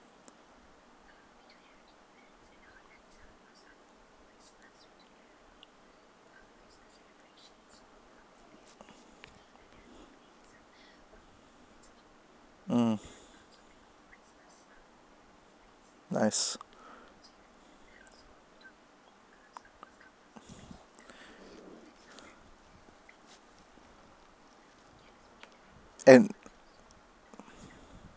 mm nice and